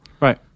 Right